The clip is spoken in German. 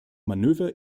manöver